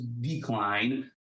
decline